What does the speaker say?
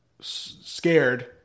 scared